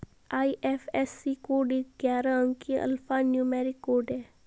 IFSC code एक ग्यारह अंकीय अल्फा न्यूमेरिक कोड है